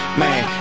man